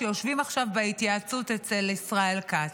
שיושבים עכשיו בהתייעצות אצל ישראל כץ.